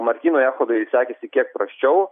martynui echodui sekėsi kiek prasčiau